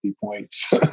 points